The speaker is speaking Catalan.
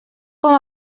com